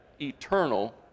eternal